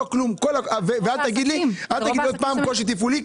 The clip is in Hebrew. ואל תגיד לי עוד פעם "קושי תפעולי",